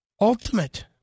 ultimate